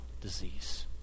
disease